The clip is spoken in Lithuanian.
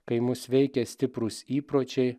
kai mus veikia stiprūs įpročiai